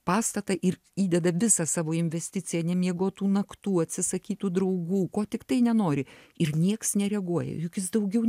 pastatą ir įdeda visą savo investiciją nemiegotų naktų atsisakytų draugų ko tiktai nenori ir nieks nereaguoja juk jis daugiau